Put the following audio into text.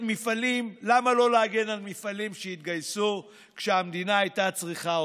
למה לא להגן על מפעלים שהתגייסו כשהמדינה הייתה צריכה אותם?